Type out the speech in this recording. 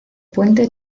puente